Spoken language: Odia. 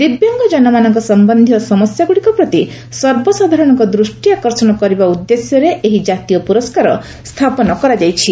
ଦିବ୍ୟାଙ୍ଗଜନମାନଙ୍କ ସମ୍ଭନ୍ଧୀୟ ସମସ୍ୟାଗୁଡ଼ିକ ପ୍ରତି ସର୍ବସାଧାରଣଙ୍କ ଦୃଷ୍ଟି ଆକର୍ଷଣ କରିବା ଉଦ୍ଦେଶ୍ୟରେ ଏହି ଜାତୀୟ ପୁରସ୍କାର ସ୍ଥାପନ କରାଯାଇଛି